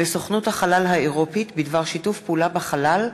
דב חנין ותמר